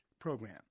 program